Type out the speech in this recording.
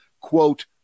quote